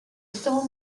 film